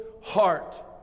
heart